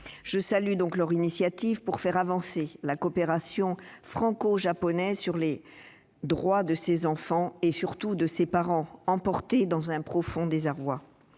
Je salue leurs initiatives pour faire avancer la coopération franco-japonaise sur les droits de ces enfants et de ces parents emportés dans un profond désarroi.